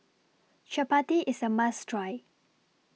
Chapati IS A must Try